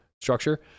structure